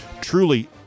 Truly